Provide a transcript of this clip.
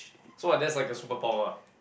so what that's like a super power ah